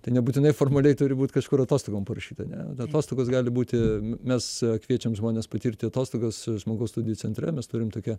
tai nebūtinai formaliai turi būti kažkur atostogom parašyta ne atostogos gali būti mes kviečiame žmones patirti atostogas žmogaus studijų centre mes turim tokią